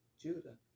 Judah